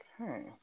Okay